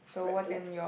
right left